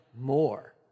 more